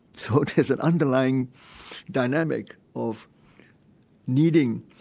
so it is an underlying dynamic of needing